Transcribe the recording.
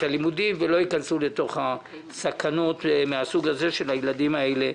הלימודים ולא ייכנסו לסכנות מן הסוג שיש לילדים האלה.